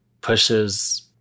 pushes